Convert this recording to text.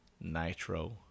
Nitro